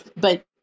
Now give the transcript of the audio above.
But-